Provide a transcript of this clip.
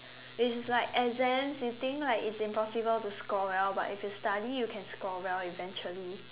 which is like exams you think that it's impossible to score well but if you study you can score well eventually